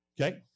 Okay